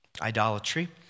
Idolatry